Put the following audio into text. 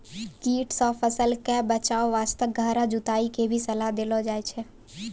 कीट सॅ फसल कॅ बचाय वास्तॅ गहरा जुताई के भी सलाह देलो जाय छै